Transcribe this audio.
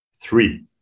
Three